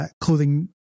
clothing